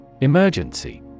Emergency